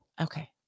Okay